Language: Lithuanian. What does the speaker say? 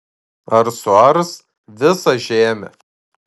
ar suars visą žemę